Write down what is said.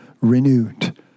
renewed